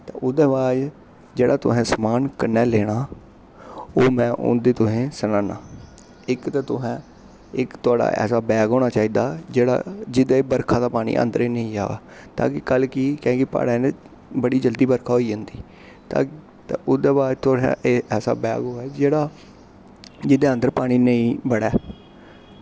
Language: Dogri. ते ओह्दे बाद जेह्ड़ा तुसें समान कन्नै लेना ओह् में उं'दे तुसें सनानां इक ते तुसें इक थुआढ़ा ऐसा बैग होना चाहिदा जेह्ड़ा जेह्दे बरखै दा पानी अंदरै नेईं जा ता कि कल गी प्हाड़ें च बड़ी जल्दी बरखा होई जंदी ते ते ओह्दे बाद तुसें ऐसा बैग होऐ जेह्ड़ा जेह्दे अंदर पानी नेईं बड़ै